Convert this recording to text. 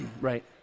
Right